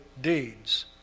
Deeds